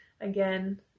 again